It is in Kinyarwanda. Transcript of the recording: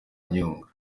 nyungwe